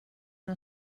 una